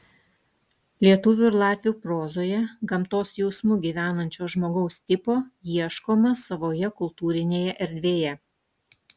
lietuvių ir latvių prozoje gamtos jausmu gyvenančio žmogaus tipo ieškoma savoje kultūrinėje erdvėje